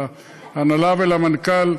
להנהלה ולמנכ"ל,